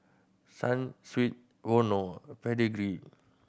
Sunsweet Vono Pedigree